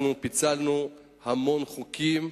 אנחנו פיצלנו המון חוקים,